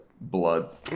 blood